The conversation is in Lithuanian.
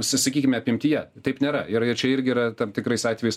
s sakykime apimtyje taip nėra ir ir čia irgi yra tam tikrais atvejais